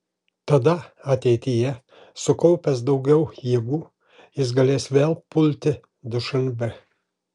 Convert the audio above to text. tada ateityje sukaupęs daugiau jėgų jis galės vėl pulti dušanbę